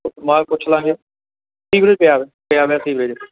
ਸਮਾਨ ਪੁੱਛ ਲਾਂਗੇ ਸੀਵਰੇਜ ਪਿਆ ਵਾ ਪਿਆ ਵਾ ਸੀਵਰੇਜ